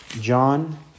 John